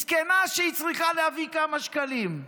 מסכנה שהיא צריכה להביא כמה שקלים.